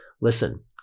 Listen